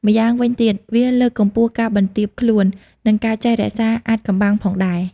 ម៉្យាងវិញទៀត វាលើកកម្ពស់ការបន្ទាបខ្លួន និងការចេះរក្សាអាថ៌កំបាំងផងដែរ។